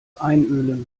einölen